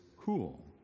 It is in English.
cool